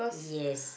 yes